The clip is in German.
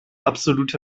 absolute